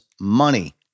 money